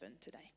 today